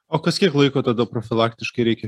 o kas kiek laiko tada profilaktiškai reikia